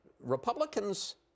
Republicans